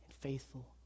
faithful